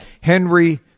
Henry